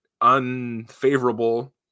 unfavorable